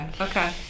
Okay